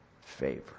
favor